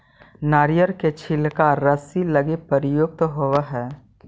नरियर के छिलका रस्सि लगी प्रयुक्त होवऽ हई